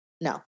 No